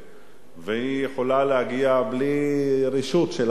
והיא יכולה להגיע בלי רשות של אף אחד,